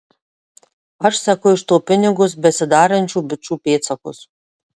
aš seku iš to pinigus besidarančių bičų pėdsakus